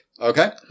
Okay